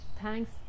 Thanks